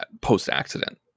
post-accident